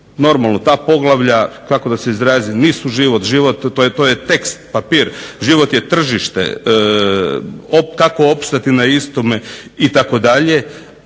Normalno ta poglavlja kako da se izrazim nisu život, život to je tekst, papir, život je tržište, kako opstati na istome itd.